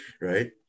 right